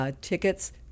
tickets